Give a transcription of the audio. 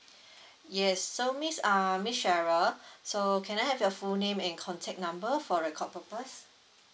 yes so miss err miss sarah so can I have your full name and contact number for record purpose